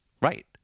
Right